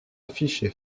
affiché